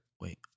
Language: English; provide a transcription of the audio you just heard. Wait